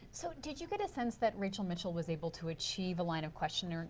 so did you get a sense that rachel mitchell was able to achieve a line of questioning,